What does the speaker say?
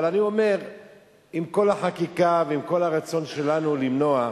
אבל אני אומר שעם כל החקיקה ועם כל הרצון שלנו למנוע,